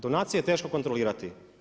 Donacije je teško kontrolirati.